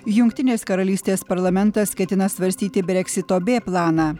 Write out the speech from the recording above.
jungtinės karalystės parlamentas ketina svarstyti breksito b planą